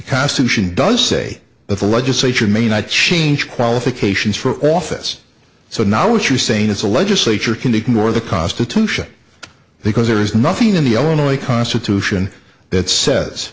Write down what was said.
constitution does say that the legislature may not change qualifications for office so now what you're saying is a legislature can ignore the constitution because there is nothing in the illinois constitution that says